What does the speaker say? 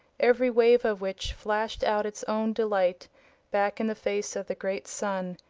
every wave of which flashed out its own delight back in the face of the great sun,